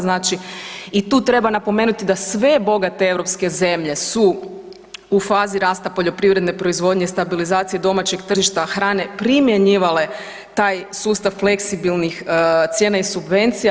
Znači i tu treba napomenuti da sve bogate europske zemlje su u fazi rasta poljoprivredne proizvodnje i stabilizacije domaćeg tržišta hrane primjenjivale taj sustav fleksibilnih cijena i subvencija.